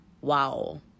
wow